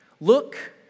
Look